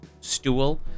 stool